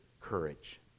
courage